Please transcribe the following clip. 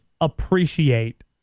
appreciate